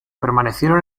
permanecieron